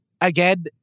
again